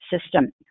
system